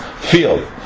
field